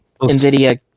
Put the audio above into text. Nvidia